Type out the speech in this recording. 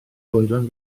goeden